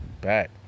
Back